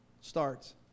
starts